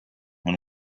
when